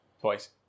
Twice